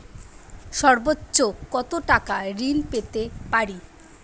সর্বোচ্চ কত টাকা ঋণ পেতে পারি?